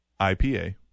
IPA